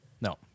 No